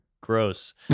gross